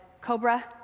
Cobra